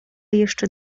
jeszcze